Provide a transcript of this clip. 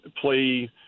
play